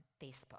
Facebook